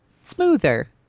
smoother